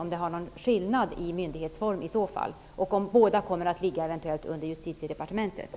Är det någon skillnad i myndighetsform? Jag vill också fråga om båda eventuellt kommer att ligga under